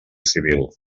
civil